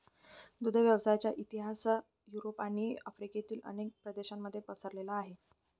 दुग्ध व्यवसायाचा इतिहास युरोप आणि आफ्रिकेतील अनेक प्रदेशांमध्ये पसरलेला आहे